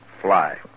Fly